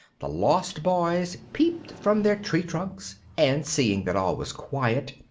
the lost boys peeped from their tree-trunks and, seeing that all was quiet,